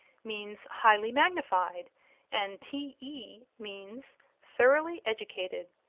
means highly magnified and t. e. means thoroughly educated.